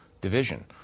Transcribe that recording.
division